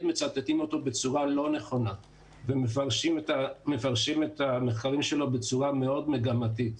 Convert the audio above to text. מצטטים אותו בצורה לא נכונה ומפרשים את המחקרים שלו בצורה מאוד מגמתית.